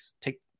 take